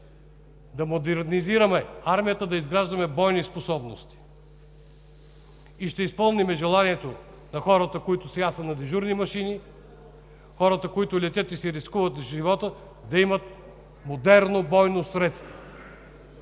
да модернизираме армията, да изграждаме бойни способности. Ще изпълним и желанието на хората, които сега са на дежурни машини, хората, които летят и си рискуват живота, да имат модерно бойно средство.